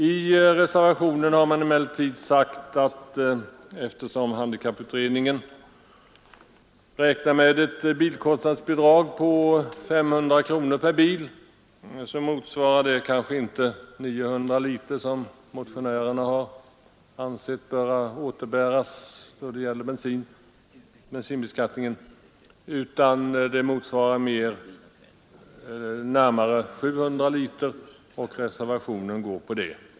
I reservationen framhålls emellertid att handikapputredningen räknar med ett bilkostnadsbidrag på 500 kronor per bil vilket inte motsvarar de 900 liter som det enligt motionen blir fråga om utan snarare 700 liter, och reservanterna ansluter sig till den sistnämnda siffran.